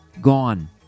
gone